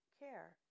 care